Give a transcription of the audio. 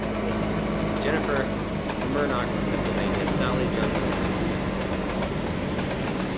thank you for buying it. jennifer murnock from pennsylvania. sally jungman from texas, didn't we just have a jungman?